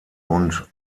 und